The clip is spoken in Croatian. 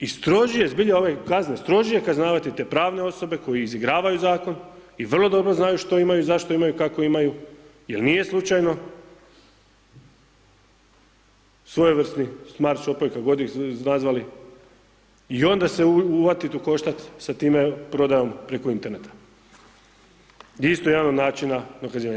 I strožije zbilja ove kazne, strožije kažnjavati te pravne osobe koje izigravaju zakon i vrlo dobro znaju što imaju, zašto imaju, kako imaju, jer nije slučajno, svojevrsni smartshopovi kako god ih nazvali i onda se uvatit u koštac sa time prodajom preko interneta, gdje je isto jedan od načina dokazivanja.